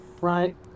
right